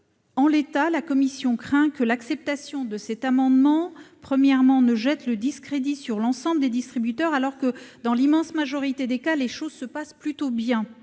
En l'état, la commission craint que cet amendement premièrement ne jette le discrédit sur l'ensemble des distributeurs, alors que, dans l'immense majorité des cas, les choses se passent plutôt bien